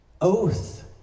oath